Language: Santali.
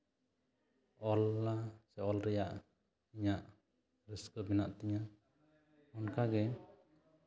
ᱚᱞ ᱥᱮ ᱚᱞ ᱨᱮᱭᱟᱜ ᱤᱧᱟᱹᱜ ᱨᱟᱹᱥᱠᱟᱹ ᱢᱮᱱᱟᱜ ᱛᱤᱧᱟᱹ ᱚᱱᱠᱟᱜᱮ